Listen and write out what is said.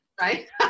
right